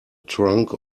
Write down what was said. trunk